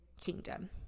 kingdom